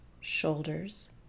shoulders